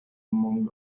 among